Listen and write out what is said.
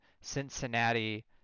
Cincinnati